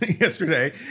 yesterday